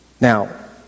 Now